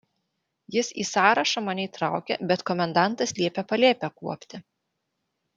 jis į sąrašą mane įtraukė bet komendantas liepė palėpę kuopti